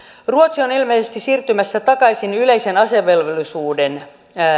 ruotsi on ilmeisesti siirtymässä takaisin yleisen asevelvollisuuden